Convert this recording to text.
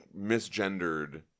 misgendered